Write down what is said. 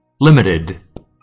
Limited